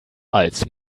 als